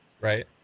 right